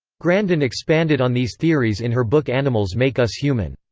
grandin expanded on these theories in her book animals make us human.